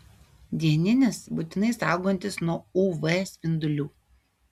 dieninis būtinai saugantis nuo uv spindulių